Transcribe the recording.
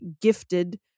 gifted